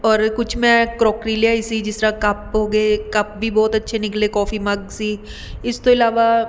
ਔਰ ਕੁਛ ਮੈਂ ਕਰੋਕਰੀ ਲਿਆਈ ਸੀ ਜਿਸ ਤਰਾਂ ਕੱਪ ਹੋ ਗਏ ਕੱਪ ਵੀ ਬਹੁਤ ਅੱਛੇ ਨਿਕਲੇ ਕੋਫੀ ਮੱਗ ਸੀ ਇਸ ਤੋਂ ਇਲਾਵਾ